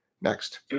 Next